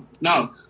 no